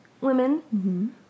women